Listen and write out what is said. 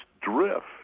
drift